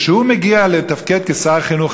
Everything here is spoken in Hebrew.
כשהוא מגיע לתפקד כשר החינוך,